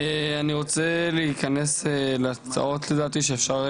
אני רוצה להיכנס לצרות שאפשר,